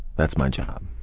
that's my job.